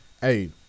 hey